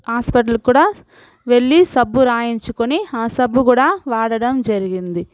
హాస్పిటల్కి కూడా వెళ్లి సబ్బు రాయించుకొని ఆ సబ్బు కూడా వాడడం జరిగింది